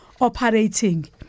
operating